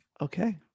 okay